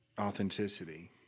authenticity